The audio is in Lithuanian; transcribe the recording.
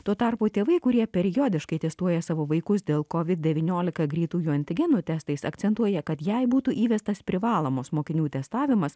tuo tarpu tėvai kurie periodiškai testuoja savo vaikus dėl kovid devyniolika greitųjų antigenų testais akcentuoja kad jei būtų įvestas privalomas mokinių testavimas